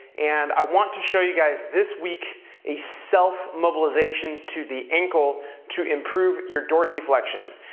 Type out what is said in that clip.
and i want to show you guys this week a self mobilization to the ankle to improve your dorsiflexion.